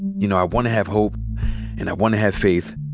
you know, i wanna have hope and i wanna have faith.